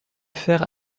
faire